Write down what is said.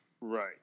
Right